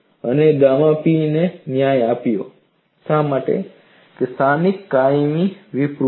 અને gamma p એ ન્યાય આપ્યો કે શા માટે સ્થાનિક કાયમી વિરૂપતા છે